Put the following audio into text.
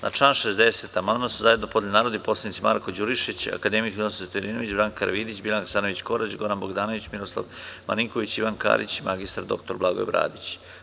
Na član 60. amandman su zajedno podneli narodni poslanici Marko Đurišić, akademik Ninoslav Stojadinović, Branka Karavidić, Biljana Hasanović Korać, Goran Bogdanović, Miroslav Marinković, Ivana Karić, mr dr Blagoje Bradić.